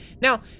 Now